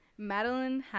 Madeline